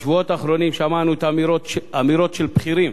בשבועות האחרונים שמענו אמירות של בכירים